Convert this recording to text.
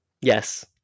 Yes